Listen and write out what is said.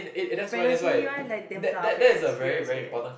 the fantasy one like damn tough eh serious eh